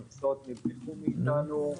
המכסות נלקחו מאתנו.